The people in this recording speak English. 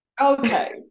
Okay